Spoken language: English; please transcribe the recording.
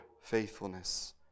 faithfulness